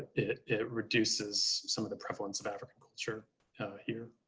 it it reduces some of the prevalence of african culture here.